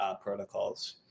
protocols